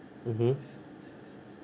mmhmm